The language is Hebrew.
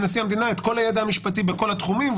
נשיא המדינה את כל הידע המשפטי בכל התחומים,